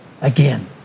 again